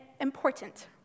important